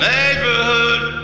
Neighborhood